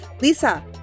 Lisa